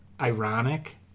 ironic